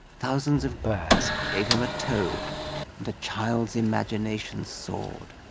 thousands of birds gave him a tow and a child's imagination soared.